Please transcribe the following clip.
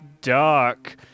dark